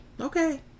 Okay